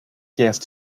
gaze